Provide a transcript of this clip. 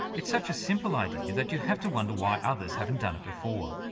it's such a simple idea that you have to wonder why others haven't done it before.